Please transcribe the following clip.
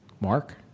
Mark